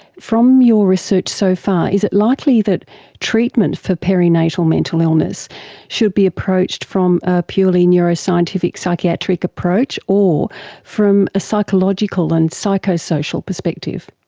from your research so far, is it likely that treatment for perinatal mental illness should be approached from a purely neuroscientific psychiatric approach, or from a psychological and psychosocial perspective?